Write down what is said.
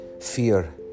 fear